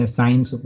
Science